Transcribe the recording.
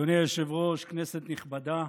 אדוני היושב-ראש, כנסת נכבדה,